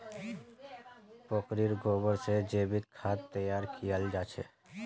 बकरीर गोबर से जैविक खाद तैयार कियाल जा छे